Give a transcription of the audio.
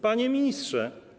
Panie Ministrze!